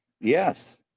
Yes